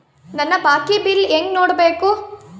ನನ್ನ ಬಾಕಿ ಬಿಲ್ ಹೆಂಗ ನೋಡ್ಬೇಕು?